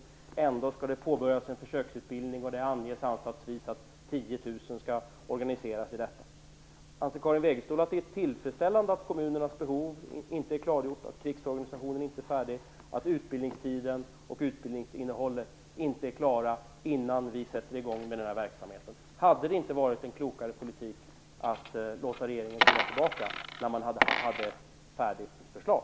Ändå skall det påbörjas en försöksutbildning, och det anges att 10 000 skall organiseras i detta. Anser Karin Wegestål att det är tillfredsställande att kommunernas behov inte är klargjorda, att krigsorganisationen inte är färdig och att utbildningstiden och utbildningsinnehållet inte är klara innan vi sätter i gång med den här verksamheten? Hade det inte varit en klokare politik att låta regeringen komma tillbaka när den hade ett färdigt förslag?